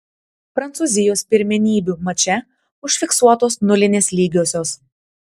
prancūzijos pirmenybių mače užfiksuotos nulinės lygiosios